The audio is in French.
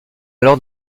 alors